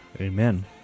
Amen